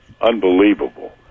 unbelievable